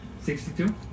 Sixty-two